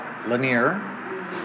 linear